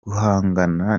guhangana